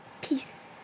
Peace